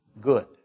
good